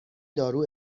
دارو